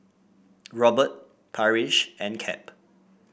Robert Parrish and Cap